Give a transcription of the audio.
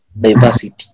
diversity